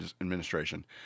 Administration